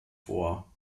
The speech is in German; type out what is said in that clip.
vor